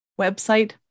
website